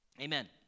Amen